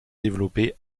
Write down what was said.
développé